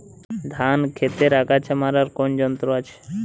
ধান ক্ষেতের আগাছা মারার কোন যন্ত্র আছে?